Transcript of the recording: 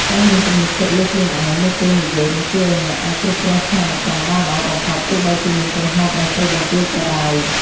ការមានទំនុកចិត្តលើខ្លួនឯងនៅពេលនិយាយនឹងជួយឱ្យអ្នកអាចគ្រប់គ្រងស្ថានការណ៍បានល្អបំផុតទោះបីជាមានកំហុសបន្តិចបន្តួចក៏ដោយ។